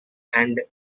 and